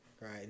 Right